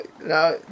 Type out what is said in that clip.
Now